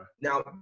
Now